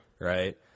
right